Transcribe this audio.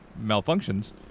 malfunctions